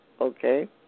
Okay